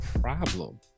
problem